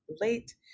late